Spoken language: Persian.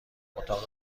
اتاق